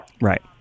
Right